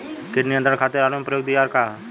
कीट नियंत्रण खातिर आलू में प्रयुक्त दियार का ह?